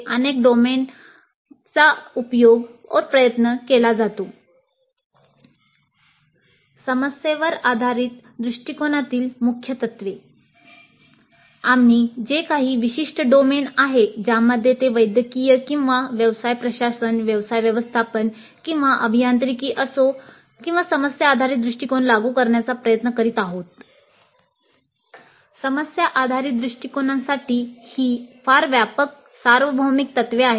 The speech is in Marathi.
अनेक डोमेनमध्ये याचा उपयोग प्रयत्न केला जात आहे समस्येवर आधारित दृष्टिकोनातील मुख्य तत्त्वेः आम्ही जे काही विशिष्ट डोमेन आहे ज्यामध्ये ते वैद्यकीय किंवा व्यवसाय प्रशासन व्यवसाय व्यवस्थापन किंवा अभियांत्रिकी असो समस्या आधारित दृष्टीकोन लागू करण्याचा प्रयत्न करीत आहोत समस्या आधारित दृष्टिकोनसाठी ही फार व्यापक सार्वभौमिक तत्त्वे आहेत